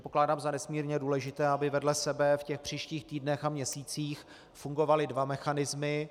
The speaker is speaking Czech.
Pokládám za nesmírně důležité, aby vedle sebe v příštích týdnech a měsících fungovaly dva mechanismy.